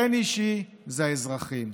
כן אישי זה האזרחים,